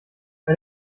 bei